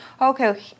Okay